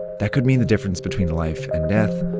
that could mean the difference between life and death,